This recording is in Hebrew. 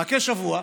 הוא מחכה שבוע,